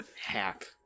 hack